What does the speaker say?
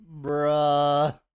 Bruh